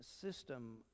system